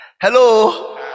hello